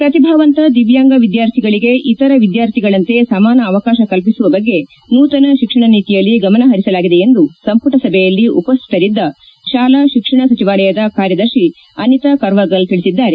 ಪ್ರತಿಭಾವಂತ ದಿವ್ಲಾಂಗ ವಿದ್ಯಾರ್ಥಿಗಳಿಗೆ ಇತರ ವಿದ್ಯಾರ್ಥಿಗಳಂತೆ ಸಮಾನ ಅವಕಾಶ ಕಲ್ಪಿಸುವ ಬಗ್ಗೆ ನೂತನ ಶಿಕ್ಷಣ ನೀತಿಯಲ್ಲಿ ಗಮನ ಪರಿಸಲಾಗಿದೆ ಎಂದು ಸಂಪುಟ ಸಭೆಯಲ್ಲಿ ಉಪ್ಲತರಿದ್ದ ಶಾಲಾ ಶಿಕ್ಷಣ ಸಚಿವಾಲಯದ ಕಾರ್ಯದರ್ಶಿ ಅನಿತಾ ಕರ್ವಾಗಲ್ ತಿಳಿಸಿದ್ದಾರೆ